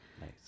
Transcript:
Nice